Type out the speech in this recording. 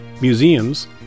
museums